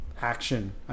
action